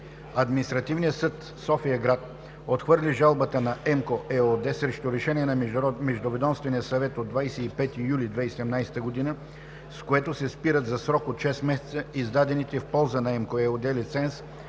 Административният съд София – град, отхвърли жалбата на „Емко“ ЕООД срещу решение на Междуведомствения съвет от 25 юли 2017 г., с което се спират за срок от шест месеца издадените в полза на „Емко“ ЕООД лиценз